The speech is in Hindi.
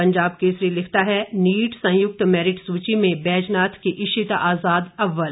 पंजाब केसरी लिखता है नीट संयुक्त मैरिट सूची में बैजनाथ की इशिता आजाद अव्वल